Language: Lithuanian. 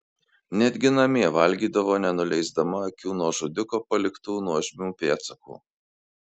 netgi namie valgydavo nenuleisdama akių nuo žudiko paliktų nuožmių pėdsakų